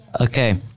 Okay